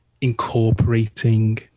incorporating